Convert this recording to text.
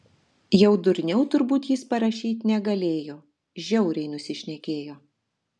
jau durniau turbūt jis parašyt negalėjo žiauriai nusišnekėjo